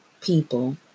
people